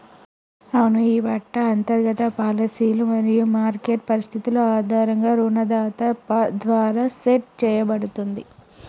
అవును ఈ పట్టి అంతర్గత పాలసీలు మరియు మార్కెట్ పరిస్థితులు ఆధారంగా రుణదాత ద్వారా సెట్ సేయబడుతుంది